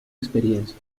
experiencia